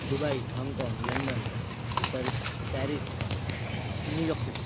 Dubai हाँगकाँग London पर Paris New York city